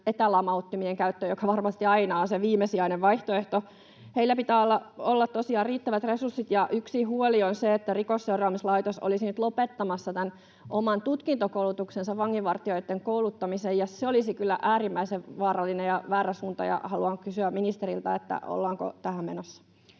etälamauttimien käyttöön, joka varmasti aina on se viimesijainen vaihtoehto. Heillä pitää olla tosiaan riittävät resurssit. Yksi huoli on se, että Rikosseuraamuslaitos olisi nyt lopettamassa oman tutkintokoulutuksensa vanginvartijoitten kouluttamiseen, ja se olisi kyllä äärimmäisen vaarallinen ja väärä suunta. Haluan kysyä ministeriltä: ollaanko tähän menossa?